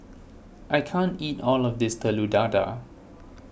I can't eat all of this Telur Dadah